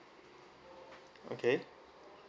okay